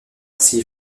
s’il